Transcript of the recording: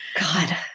god